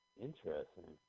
Interesting